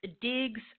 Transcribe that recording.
Digs